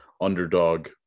underdog